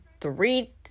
three